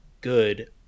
good